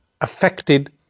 affected